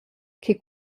che